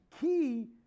key